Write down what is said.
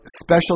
special